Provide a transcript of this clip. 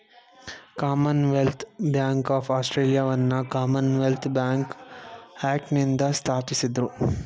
Commonwealth Bank of ಆಸ್ಟ್ರೇಲಿಯಾವನ್ನ Commonwealth Bank ಆಕ್ಟ್ನಿಂದ ಸ್ಥಾಪಿಸಿದ್ದ್ರು